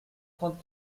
trente